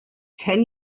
ten